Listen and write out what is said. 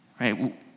Right